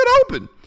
open